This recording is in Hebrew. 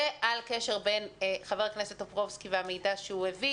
ועל קשר בין חבר הכנסת טופורובסקי והמידע שהוא הביא,